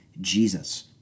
Jesus